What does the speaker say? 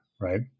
right